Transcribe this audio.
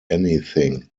anything